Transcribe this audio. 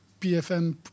PFM